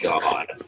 God